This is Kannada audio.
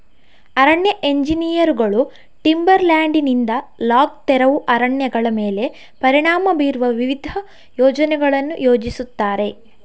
ಅರಣ್ಯ ಎಂಜಿನಿಯರುಗಳು ಟಿಂಬರ್ ಲ್ಯಾಂಡಿನಿಂದ ಲಾಗ್ ತೆರವು ಅರಣ್ಯಗಳ ಮೇಲೆ ಪರಿಣಾಮ ಬೀರುವ ವಿವಿಧ ಯೋಜನೆಗಳನ್ನು ಯೋಜಿಸುತ್ತಾರೆ